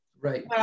Right